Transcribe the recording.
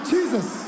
Jesus